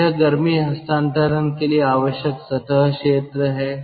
तो यह गर्मी हस्तांतरण के लिए आवश्यक सतह क्षेत्र है